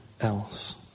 else